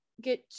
get